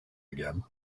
again